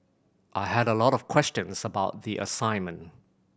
I had a lot of questions about the assignment